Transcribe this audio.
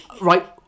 right